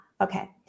okay